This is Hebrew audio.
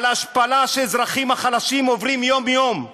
על ההשפלה שהאזרחים החלשים עוברים יום-יום.